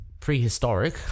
prehistoric